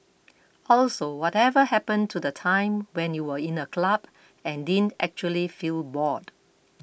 also whatever happen to the time when you were in a club and didn't actually feel bored